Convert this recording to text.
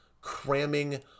cramming